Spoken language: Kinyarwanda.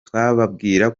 twababwira